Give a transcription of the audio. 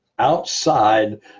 outside